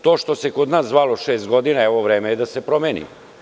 To što se kod nas zvalo šest godina, evo, vreme je da se promeni.